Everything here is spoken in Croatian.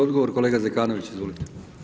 Odgovor, kolega Zekanović, izvolite.